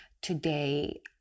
today